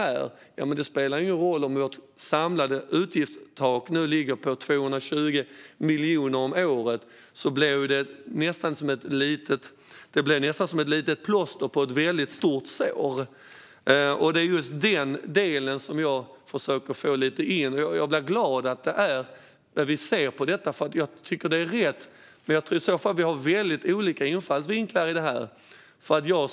Men det spelar ingen roll om vårt samlade utgiftstak nu ligger på 220 miljoner om året. Då blir det nästan som ett litet plåster på ett väldigt stort sår. Jag är glad att vi ser på detta, för jag tycker att det är rätt, men jag tror att vi har väldigt olika infallsvinklar i det här.